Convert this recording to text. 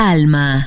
Alma